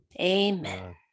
amen